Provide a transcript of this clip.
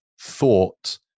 thought